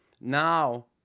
Now